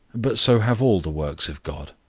but so have all the works of god.